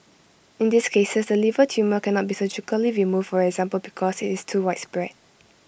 in these cases the liver tumour cannot be surgically removed for example because IT is too widespread